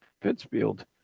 Pittsfield